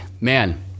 man